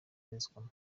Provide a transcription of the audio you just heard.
abarizwamo